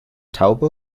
taube